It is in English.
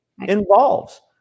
involves